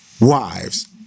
wives